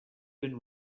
been